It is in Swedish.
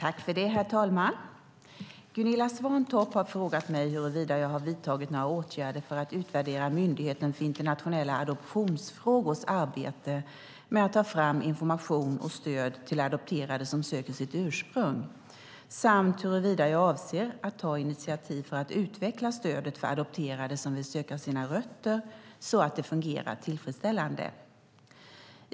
Herr talman! Gunilla Svantorp har frågat mig huruvida jag har vidtagit några åtgärder för att utvärdera Myndigheten för internationella adoptionsfrågors arbete med att ta fram information och stöd till adopterade som söker sitt ursprung samt huruvida jag avser att ta initiativ för att utveckla stödet för adopterade som vill söka sina rötter, så att det fungerar tillfredsställande.